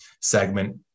segment